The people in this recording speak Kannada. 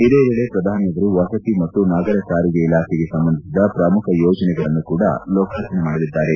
ಇದೇ ವೇಳೆ ಶ್ರಧಾನಿಯವರು ವಸತಿ ಮತ್ತು ನಗರ ಸಾರಿಗೆ ಇಲಾಖೆಗೆ ಸಂಬಂಧಿಸಿದ ಪ್ರಮುಖ ಯೋಜನೆಗಳನ್ನೂ ಲೋಕಾರ್ಪಣೆ ಮಾಡಲಿದ್ದಾರೆ